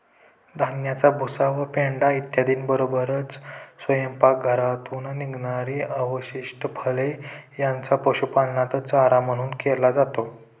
धान्याचा भुसा व पेंढा इत्यादींबरोबरच स्वयंपाकघरातून निघणारी अवशिष्ट फळे यांचा पशुपालनात चारा म्हणून केला जातो